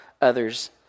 others